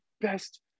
best